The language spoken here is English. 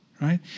right